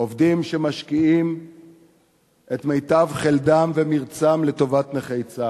עובדים שמשקיעים את מיטב חלדם ומרצם לטובת נכי צה"ל.